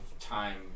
time